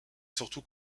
surtout